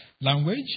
language